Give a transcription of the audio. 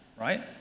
Right